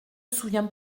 souviens